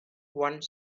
one